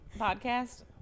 podcast